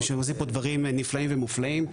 הם עושים דברים נפלאים ומופלאים.